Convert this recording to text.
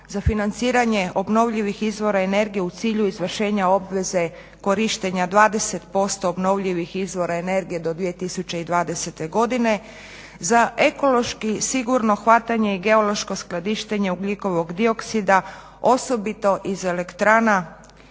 za financiranje obnovljivih izvora energije u cilju izvršenja obveze korištenja 20% obnovljivih izvora energije do 2020.godine, za ekološki sigurno hvatanje i geološko skladištenje ugljikovog dioksida osobito iz elektrana